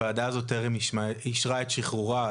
הוועדה הזאת טרם אישרה את שחרורה,